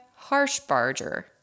Harshbarger